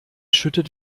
schüttet